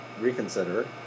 reconsider